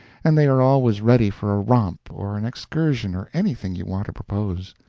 and they are always ready for a romp or an excursion or anything you want to propose.